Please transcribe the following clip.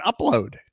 upload